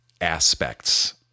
aspects